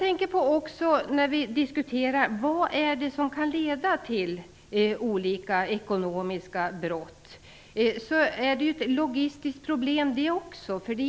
Frågan om vad som kan leda till ekonomiska brott är också ett logistiskt problem.